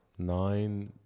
nine